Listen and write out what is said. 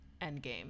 Endgame